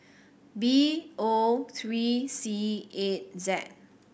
B O three C eight Z